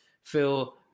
Phil